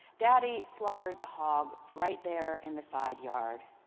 daddy slaughtered the hog right there in the side yard,